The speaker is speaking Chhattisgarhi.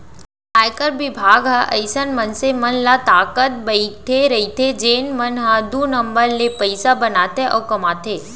आयकर बिभाग ह अइसन मनसे मन ल ताकत बइठे रइथे जेन मन ह दू नंबर ले पइसा बनाथे अउ कमाथे